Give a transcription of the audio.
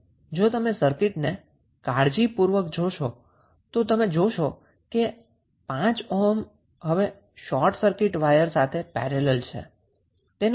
જો તમે સર્કિટને કાળજીપૂર્વક જોશો તો તમે જોશો કે 5 ઓહ્મ હવે શોર્ટ સર્કિટ વાયર સાથે પેરેલલ છે